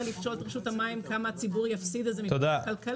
לשאול את רשות המים כמה הציבור יפסיד כלכלית.